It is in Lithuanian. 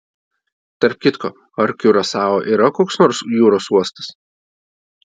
tarp kitko ar kiurasao yra koks nors jūros uostas